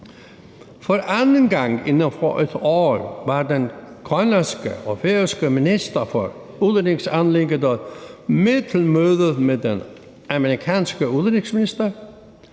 For anden gang inden for et år var den grønlandske og færøske minister for udenrigsanliggender til møde med den amerikanske udenrigsminister,